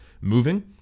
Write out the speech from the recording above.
moving